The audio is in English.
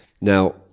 Now